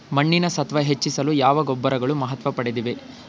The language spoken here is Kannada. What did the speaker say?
ಮಣ್ಣಿನ ಸತ್ವ ಹೆಚ್ಚಿಸಲು ಯಾವ ಗೊಬ್ಬರಗಳು ಮಹತ್ವ ಪಡೆದಿವೆ?